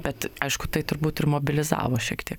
bet aišku tai turbūt ir mobilizavo šiek tiek